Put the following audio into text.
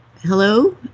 Hello